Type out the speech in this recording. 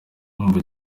umva